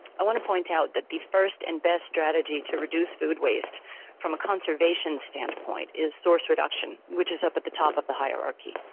i want to point out that the first and best strategy to reduce food waste from a conservation standpoint, is source reduction, which is up at the top of the hierarchy.